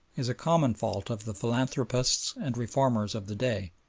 is a common fault of the philanthropists and reformers of the day,